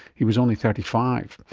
he was only thirty five.